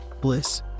bliss